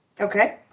Okay